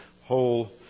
whole